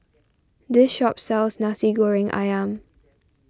this shop sells Nasi Goreng Ayam